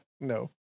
No